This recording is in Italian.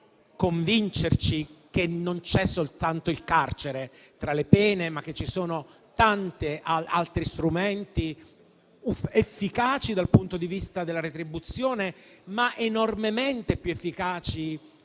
a convincerci che non c'è soltanto il carcere tra le pene, ma che ci sono tanti altri strumenti efficaci dal punto di vista della retribuzione, ma enormemente più efficaci